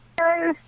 Hello